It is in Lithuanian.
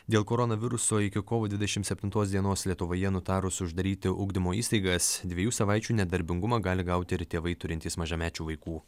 dėl koronaviruso iki kovo dvidešimt septintos dienos lietuvoje nutarus uždaryti ugdymo įstaigas dviejų savaičių nedarbingumą gali gauti ir tėvai turintys mažamečių vaikų